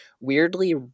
weirdly